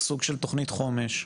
סוג של תוכנית חומש.